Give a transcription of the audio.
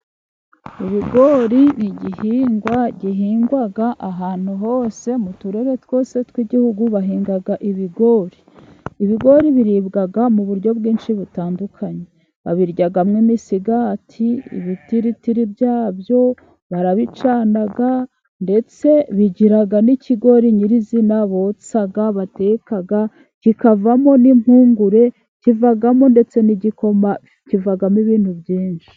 Ibigori ni igihingwa gihingwa ahantu hose, mu turere twose tw'igihugu bahinga ibigori. Ibigori biribwa mu buryo bwinshi butandukanye: babiryamo imisigati, ibitiritiri byabyo barabicana, ndetse bigira n'ikigori nyirizina botsa, bateka kikavamo n'impungure, kivamo ndetse n'igikoma, kivamo ibintu byinshi.